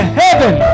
heaven